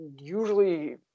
usually –